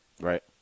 Right